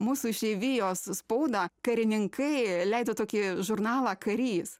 mūsų išeivijos spaudą karininkai leido tokį žurnalą karys